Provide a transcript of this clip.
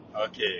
Okay